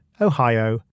Ohio